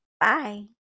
bye